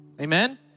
Amen